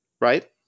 right